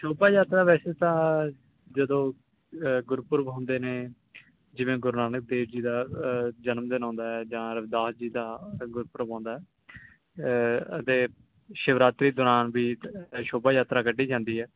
ਸ਼ੋਭਾ ਯਾਤਰਾ ਵੈਸੇ ਤਾਂ ਜਦੋਂ ਗੁਰਪੁਰਬ ਹੁੰਦੇ ਨੇ ਜਿਵੇਂ ਗੁਰੂ ਨਾਨਕ ਦੇਵ ਜੀ ਦਾ ਜਨਮਦਿਨ ਆਉਂਦਾ ਜਾਂ ਰਵਿਦਾਸ ਜੀ ਦਾ ਗੁਰਪੁਰਬ ਆਉਂਦਾ ਅਤੇ ਸ਼ਿਵਰਾਤਰੀ ਦੌਰਾਨ ਵੀ ਸ਼ੋਭਾ ਯਾਤਰਾ ਕੱਢੀ ਜਾਂਦੀ ਹੈ